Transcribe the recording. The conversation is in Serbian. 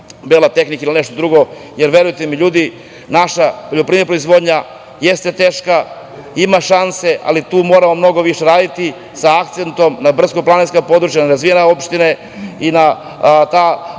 bela tehnika ili nešto drugo. Verujte mi ljudi, naša poljoprivredna proizvodnja jeste teška, ali ima šanse, ali tu moramo mnogo više raditi sa akcentom na brdsko planinska područja nerazvijene opštine. Ti ljudi